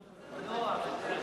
אם היא באה בחשבון.